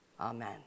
Amen